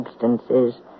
substances